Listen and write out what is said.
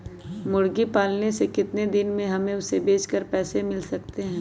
मुर्गी पालने से कितने दिन में हमें उसे बेचकर पैसे मिल सकते हैं?